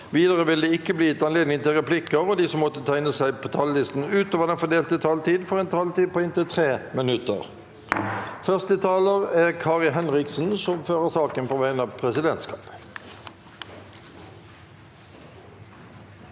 Videre vil det ikke bli gitt anledning til replikker, og de som måtte tegne seg på talerlisten utover den fordelte taletid, får en taletid på inntil 3 minutter. Fjerde visepresident Kari Henriksen På vegne av presidentskapet